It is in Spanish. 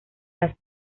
las